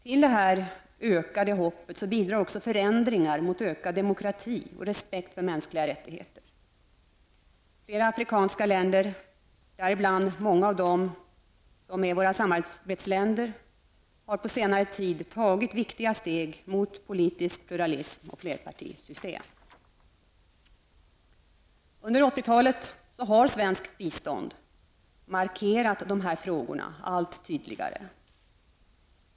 Till detta ökade hopp bidrar också förändringarna i riktning mot ökad demokrati och respekt för de mänskliga rättigheterna. Flera afrikanska länder, däribland många av våra samarbetsländer, har på senare tid tagit viktiga steg mot politisk pluralism och flerpartisystem. Under 1980-talet har svenskt bistånd markerat dessa frågor allt tydligare.